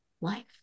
life